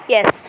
Yes